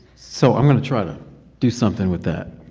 so i'm gonna try to do something with that.